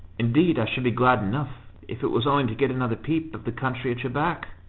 indeed i should be glad enough, if it was only to get another peep of the country at your back.